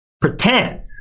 pretend